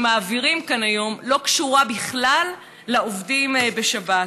מעבירים כאן היום לא קשורה בכלל לעובדים בשבת.